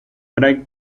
craig